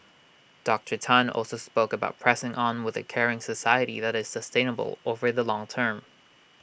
Doctor Tan also spoke about pressing on with A caring society that is sustainable over the long term